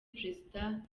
perezida